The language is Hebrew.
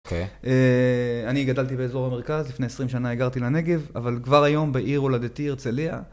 אני גדלתי באזור המרכז, לפני 20 שנה הגרתי לנגב, אבל כבר היום בעיר הולדתי הרצליה